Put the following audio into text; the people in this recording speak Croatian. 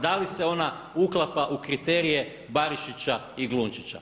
Da li se ona uklapa u kriterije Barišića i Glunčića?